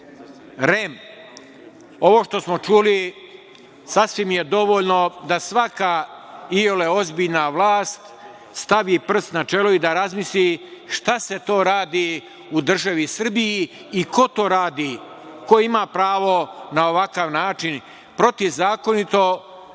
REM, ovo što smo čuli sasvim je dovoljno da svaka iole ozbiljna vlast stavi prst na čelo i da razmisli šta se to radi u državi Srbiji i ko to radi, ko ima pravo na ovakav način protivzakonito,